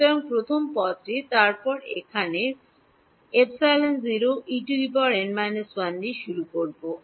সুতরাং প্রথম পদটি তারপর আমি এখানে দিয়ে শুরু করব